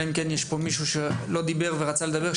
אלא אם יש פה מישהו שלא דיבר ורצה לדבר?